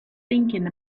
thinking